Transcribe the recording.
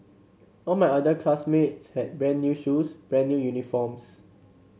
all my other classmates had brand new shoes brand new uniforms